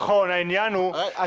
את מאיימת עלינו?